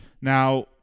Now